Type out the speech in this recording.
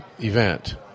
event